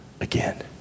again